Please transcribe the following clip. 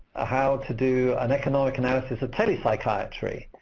ah how to do an economic analysis of tele-psychiatry.